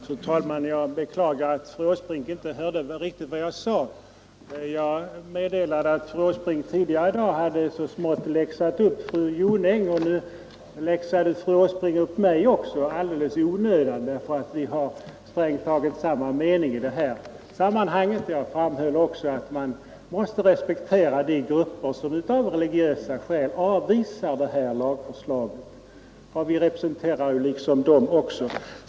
Fru talman! Jag beklagar att fru Åsbrink inte hörde riktigt vad jag sade. Jag påpekade att fru Åsbrink tidigare i dag hade så smått läxat upp fru Jonäng, och nu läxade fru Åsbrink upp mig också — alldeles i onödan, därför att vi har strängt taget samma mening i denna fråga. Jag framhöll också att man måste respektera de grupper som av religiösa skäl avvisar det här lagförslaget, och vi representerar ju liksom dem också.